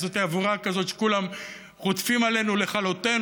וזאת אווירה כזאת שכולם עומדים עלינו לכלותנו.